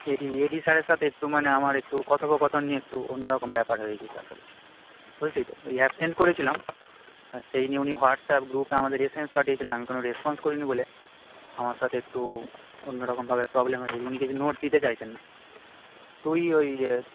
A D A D স্যারের সাথে একটু মানে আমার একটু কথোপকথন নিয়ে একটু অন্যরকম ব্যাপার হয়ে গেছে আসলে বুঝলি তো ওই অ্যাবসেন্ট করেছিলাম আর সেই নিয়ে উনি হোয়াটসঅ্যাপ গ্রুপে আমাদের এস এম এস পাঠিয়েয়েছিলেন আমি কোনো রেসপন্স করি নি বলে আমার সাথে একটু অন্য রকমভাবে প্রবলেম হয়ে গেছে উনি কিছু নোটস দিতে চাইছেন না তুই ওই